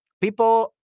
People